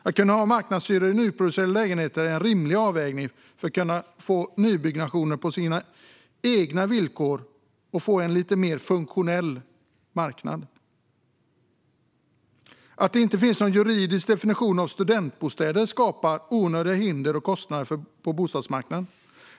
Att kunna ha marknadshyror i nyproducerade lägenheter är en rimlig avvägning för att kunna få nybyggnationer på egna villkor och få en lite mer funktionell marknad. Att det inte finns någon juridisk definition av studentbostäder skapar onödiga hinder och kostnader på bostadsmarknaden.